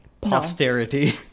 Posterity